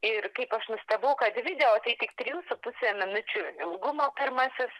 ir kaip aš nustebau kad video tai tik trijų su puse minučių ilgumo pirmasis